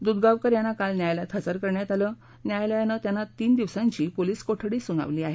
दूधगावकर यांना काल न्यायालयात हजर करण्यात आलं न्यायालयानं त्यांना तीन दिवसांची पोलिस कोठडी सुनावली आहे